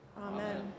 Amen